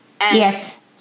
Yes